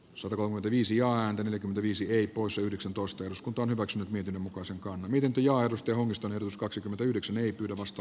sotkamo divisioonaan rviisieepos yhdeksäntoista eduskunta on maksanut viiden osakkaan vienti ja aidosti onnistuneet us kaksikymmentäyhdeksän ei pyydä vasta